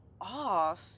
off